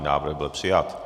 Návrh byl přijat.